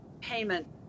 payment